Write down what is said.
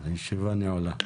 הישיבה נעולה.